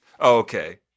Okay